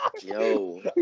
Yo